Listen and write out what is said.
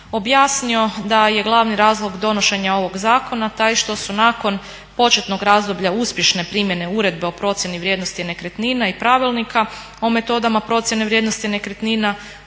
objasnio da je glavni razlog donošenja ovog zakona taj što su nakon početnog razdoblja uspješne primjene Uredbe o procjeni vrijednosti nekretnina i Pravilnika o metodama procjene vrijednosti nekretnina